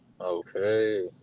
Okay